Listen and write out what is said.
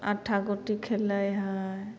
अट्ठा गोटी खेलै हइ